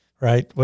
right